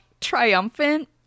triumphant